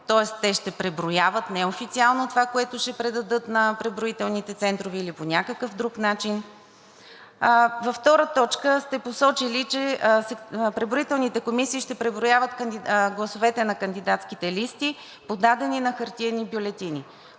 Тоест те ще преброяват неофициално това, което ще предадат на преброителните центрове, или по някакъв друг начин? Във втора точка сте посочили, че преброителните комисии ще преброяват гласовете на кандидатските листи, подадени на хартиени бюлетини.